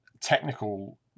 technical